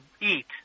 eat